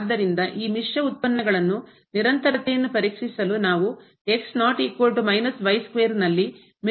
ಆದ್ದರಿಂದಈ ಮಿಶ್ರ ಉತ್ಪನ್ನಗಳನ್ನು ನಿರಂತರತೆಯನ್ನು ಪರೀಕ್ಷಿಸಲು ನಾವು ನಲ್ಲಿ ಮಿಶ್ರ ಉತ್ಪನ್ನಗಳ ಸಮಾನತೆಯನ್ನು ಪಡೆಯಬೇಕು